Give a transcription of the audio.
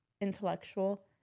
intellectual